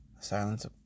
silence